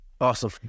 Awesome